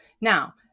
now